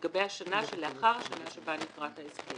לגבי השנה שלאחר השנה שבה נכרת ההסכם,